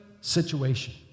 situation